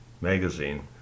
Magazine